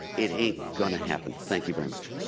it ain't going to happen. thank you very much.